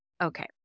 okay